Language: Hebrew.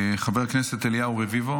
חבר הכנסת אליהו רביבו,